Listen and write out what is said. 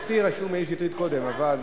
אצלי רשום מאיר שטרית קודם, אבל,